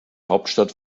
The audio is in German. hauptstadt